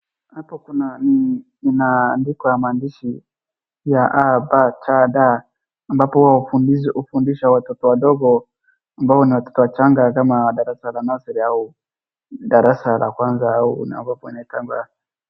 Hapo kuna ni, ni maandiko ya maandishi ya A, ba, cha, da, ambapo huwa hufundishwa watoto wadogo ambao ni watoto wachanga kama darasa la nursery au darasa la kwanza au unao oneka kwamba...